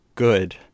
good